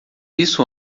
isso